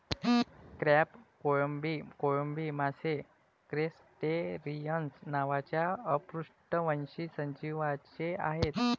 crab, कोळंबी, कोळंबी मासे क्रस्टेसिअन्स नावाच्या अपृष्ठवंशी सजीवांचे आहेत